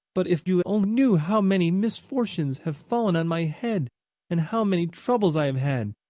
but if you only knew how many misfortunes have fallen on my head and how many troubles i have had!